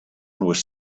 was